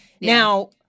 Now